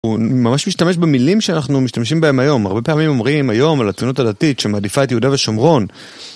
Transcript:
הוא ממש משתמש במילים שאנחנו משתמשים בהם היום. הרבה פעמים אומרים היום על הציונות הדתית שמעדיפה את יהודה ושומרון.